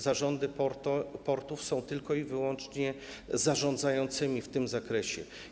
Zarządy portów są tylko i wyłącznie zarządzającymi w tym zakresie.